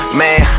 man